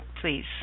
please